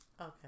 Okay